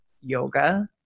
yoga